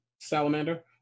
Salamander